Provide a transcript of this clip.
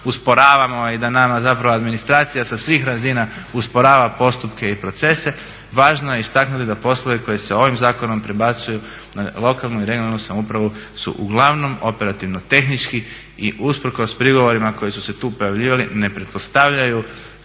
usporavamo i da nama administracija sa svih razina usporava postupke i procese. Važno je istaknuti da poslove koji se ovim zakonom prebacuju na lokalnu i regionalnu samoupravu su uglavnom operativno-tehnički i usprkos prigovorima koji su se tu pojavljivali ne pretpostavljaju